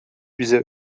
bize